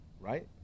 right